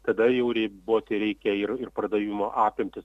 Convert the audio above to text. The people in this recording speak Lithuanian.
tada jau riboti reikia ir ir pardavimo apimtis